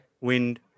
wind